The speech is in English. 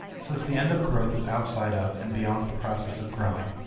since the end of growth is outside of and beyond the process of growing,